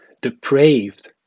depraved